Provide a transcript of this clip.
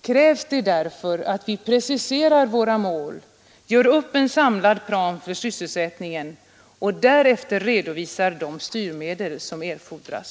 krävs det därför att vi preciserar våra mål, gör upp en samlad plan för sysselsättningen och därefter redovisar de styrmedel som erfordras.